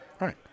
right